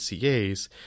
CAs